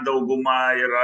dauguma yra